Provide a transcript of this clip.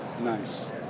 nice